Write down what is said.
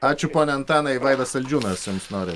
ačiū pone antanai vaidas saldžiūnas jums nori